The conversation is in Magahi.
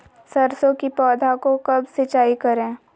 सरसों की पौधा को कब सिंचाई करे?